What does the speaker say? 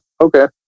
okay